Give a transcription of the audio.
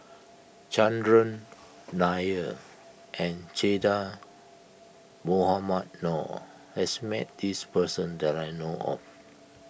Chandran Nair and Che Dah Mohamed Noor has met this person that I know of